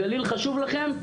הגליל חשוב לכם?